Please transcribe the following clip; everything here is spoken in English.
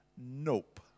nope